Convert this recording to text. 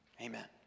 Amen